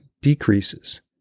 decreases